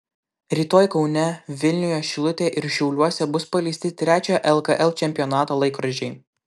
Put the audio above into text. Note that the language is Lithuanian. rytoj kaune vilniuje šilutėje ir šiauliuose bus paleisti trečiojo lkl čempionato laikrodžiai